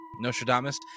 Nostradamus